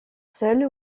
seule